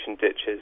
ditches